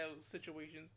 situations